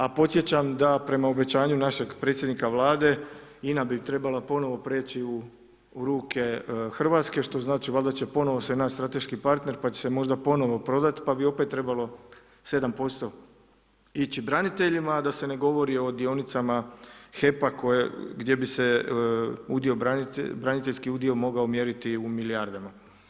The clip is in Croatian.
A podsjećam da po obećanju našeg predsjednika Vlade INA bi trebala ponovno prijeći u ruke Hrvatske što znači valjda će ponovno se naći strateški partner pa će se možda ponovno prodati pa bi opet trebalo 7% ići braniteljima a da se ne govori o dionicama HEP-a gdje bi se udio, braniteljski udio mogao mjeriti u milijardama.